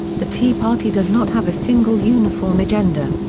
the tea party does not have a single uniform agenda.